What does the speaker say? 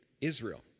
Israel